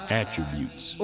attributes